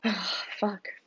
fuck